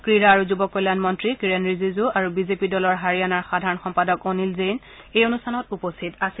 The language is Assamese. ক্ৰীড়া আৰু যুৱ কল্যাণ মন্ত্ৰী কিৰেণ ৰিজিজু আৰু বিজেপি দলৰ হাৰিয়ানাৰ সাধাৰণ সম্পাদক অনীল জৈন এই অনুষ্ঠানত উপস্থিত আছিল